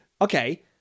Okay